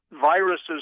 viruses